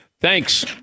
Thanks